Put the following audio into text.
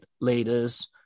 leaders